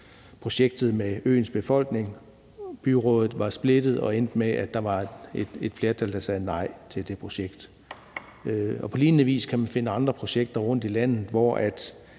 projektet med øens befolkning. Byrådet var splittet, og det endte med, at der var et flertal, der sagde nej til det projekt. På lignende vis kan vi finde andre projekter rundt i landet, som